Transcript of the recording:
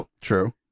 true